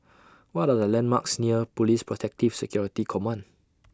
What Are The landmarks near Police Protective Security Command